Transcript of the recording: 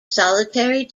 solitary